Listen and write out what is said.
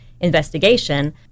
investigation